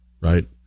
right